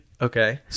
Okay